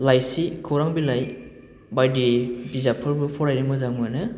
लाइसि खौरां बिलाइ बायदि बिजाबफोरबो फरायनो मोजां मोनो